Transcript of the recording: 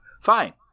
Fine